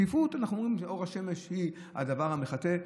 אנחנו אומרים שאור השמש הוא הדבר המחטא.